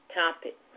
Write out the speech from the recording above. topic